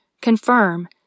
confirm